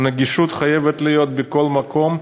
הנגישות חייבת להיות בכל מקום,